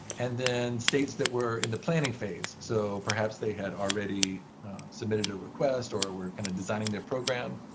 and then states that were in the planning phase. so perhaps they had already submitted a request or were kind of designing their program.